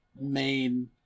main